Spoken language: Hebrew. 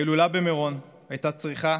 ההילולה במירון הייתה צריכה